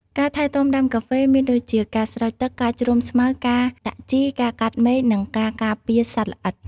ការថែទាំដើមកាហ្វេមានដូចជា ការស្រោចទឹក ការជ្រំងស្មៅ ការដាក់ជី ការកាត់មែក និងការការពារសត្វល្អិត។